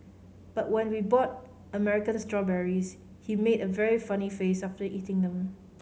but when we bought American strawberries he made a very funny face after eating them